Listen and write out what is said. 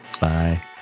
Bye